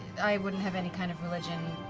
i wouldn't have any kind of religion,